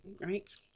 Right